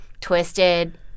twisted